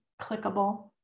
clickable